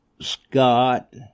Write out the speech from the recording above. Scott